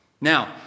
Now